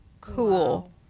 cool